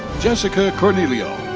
jessica cornelio.